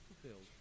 fulfilled